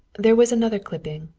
there was another clipping,